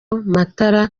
matara